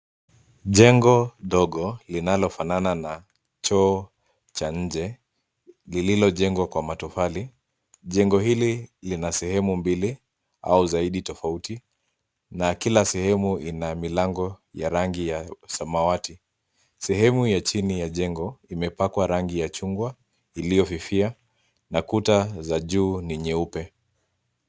Jengo dogo, linalofanana na choo cha nje, lilichojengwa kwa matofali, jengo hili lina sehemu mbili, au zaidi tofauti, na kila sehemu ina milango ya rangi ya samawati. Sehemu ya chini ya jengo, imepakwa rangi ya chungwa iliofifia, na kuta za juu ni nyeupe.